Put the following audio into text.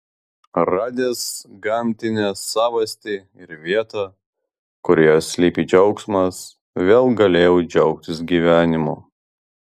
radęs gamtinę savastį ir vietą kurioje slypi džiaugsmas vėl galėjau džiaugtis gyvenimu